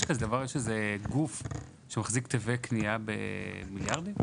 יש איזה גוף שמחזיק תווי קנייה במיליארדים?